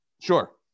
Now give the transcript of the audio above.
Sure